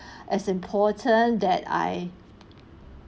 is important that I